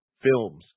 films